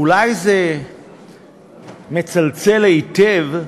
אולי זה מצלצל היטב,